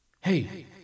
Hey